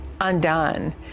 undone